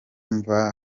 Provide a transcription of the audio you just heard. mva